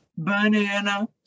banana